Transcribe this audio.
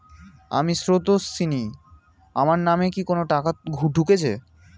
আমি স্রোতস্বিনী, আমার নামে কি কোনো টাকা ঢুকেছে?